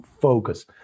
focus